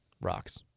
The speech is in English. Rocks